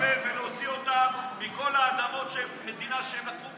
צריך לטפל ולהוציא אותם מכל האדמות של המדינה שהם נטלו